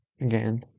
again